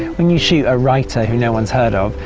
when you shoot a writer who no one has heard of,